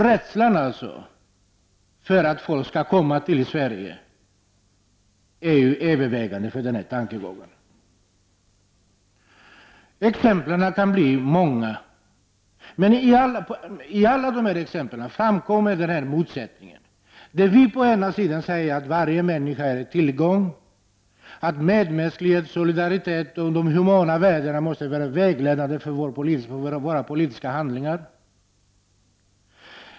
Rädslan för att folk skall komma till Sverige ligger bakom denna tankegång. Man kunde ge många exempel. Men i alla dessa exempel framkommer denna motsättning. Å ena sidan säger vi att alla människor är en tillgång, att medmänsklighet, solidaritet och de humana värdena måste vara vägledande för våra politiska handlingar.